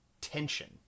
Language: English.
tension